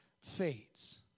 fades